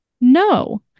No